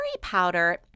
powder